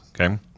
Okay